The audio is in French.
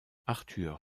arthur